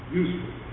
useful